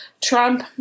Trump